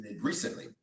recently